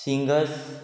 singers